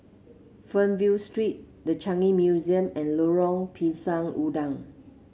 Fernvale Street The Changi Museum and Lorong Pisang Udang